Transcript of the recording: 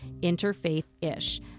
Interfaith-ish